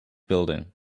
building